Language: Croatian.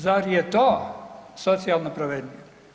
Zar je to socijalno pravednije?